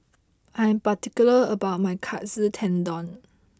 I am particular about my Katsu Tendon